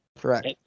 Correct